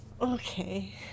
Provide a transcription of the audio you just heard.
Okay